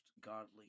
godly